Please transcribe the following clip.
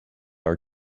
are